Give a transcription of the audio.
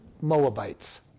Moabites